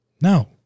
No